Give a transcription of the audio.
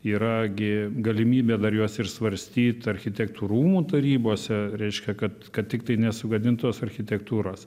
yra gi galimybė dar juos ir svarstyt architektų rūmų tarybose reiškia kad kad tiktai nesugadint tos architektūros